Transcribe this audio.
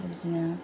आमफ्राय बिदिनो